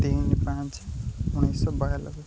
ତିନି ପାଞ୍ଚ ଉଣେଇଶହ ବୟନବେ